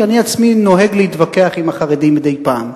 שאני עצמי נוהג להתווכח עליהם עם החרדים מדי פעם.